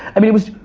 i mean, it was,